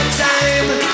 time